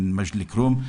ממג'ד אל-כרום.